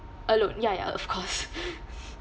alone ya ya of course